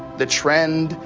the trend,